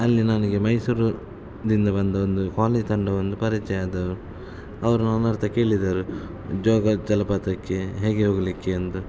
ಅಲ್ಲಿ ನನಗೆ ಮೈಸೂರಿನಿಂದ ಬಂದ ಒಂದು ತಂಡವೊಂದು ಪರಿಚಯಾದರು ಅವರು ನನ್ನ ಹತ್ರ ಕೇಳಿದರು ಜೋಗ ಜಲಪಾತಕ್ಕೆ ಹೇಗೆ ಹೋಗಲಿಕ್ಕೆ ಅಂತ